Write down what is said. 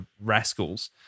rascals